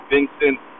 Vincent